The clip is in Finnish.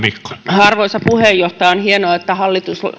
arvoisa puheenjohtaja on hienoa että hallitus